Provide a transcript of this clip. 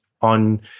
on